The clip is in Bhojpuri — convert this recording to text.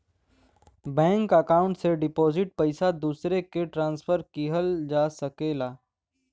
बैंक अकाउंट से डिपॉजिट पइसा दूसरे के ट्रांसफर किहल जा सकला